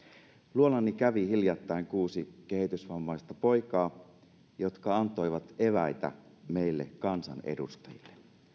luonani kävi hiljattain kuusi kehitysvammaista poikaa jotka antoivat eväitä meille kansanedustajille